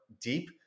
deep